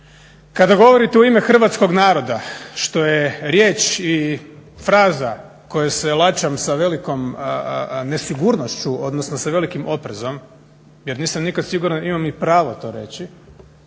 Kada govorite u ime hrvatskog naroda što je riječ i fraza koje se laćam sa velikom nesigurnošću, odnosno sa velikim oprezom jer nisam nikad siguran imam li pravo to reći,